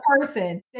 person